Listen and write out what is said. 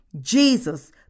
Jesus